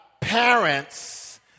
parents